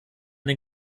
den